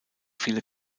viele